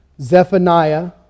Zephaniah